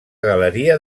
galeria